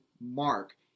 mark